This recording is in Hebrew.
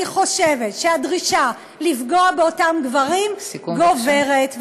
אני חושבת שהדרישה לפגוע באותם גברים גוברת.